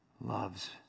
loves